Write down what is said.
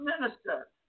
minister